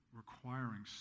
requiring